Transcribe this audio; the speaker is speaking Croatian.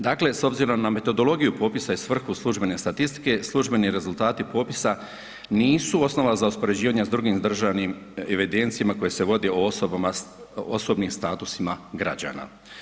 Dakle, s obzirom na metodologiju popisa i svrhu službene statistike, službeni rezultati popisa nisu osnova za uspoređivanje s drugim državnim evidencijama koje se vodi o osobama, osobnim statusima građana.